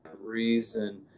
reason